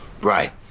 Right